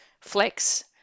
flex